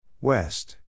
West